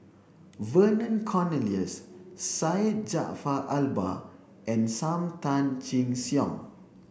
Vernon Cornelius Syed Jaafar Albar and Sam Tan Chin Siong